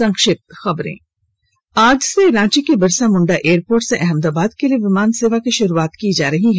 संक्षिप्त खबरें आज से रांची के बिरसा मुंडा एयरपोर्ट से अहमदाबाद के लिए विमान सेवा की शुरुआत हो रही है